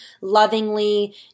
lovingly